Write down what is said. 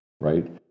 right